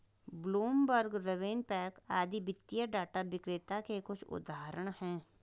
Bloomberg, RavenPack आदि वित्तीय data विक्रेता के कुछ उदाहरण हैं